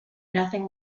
nothing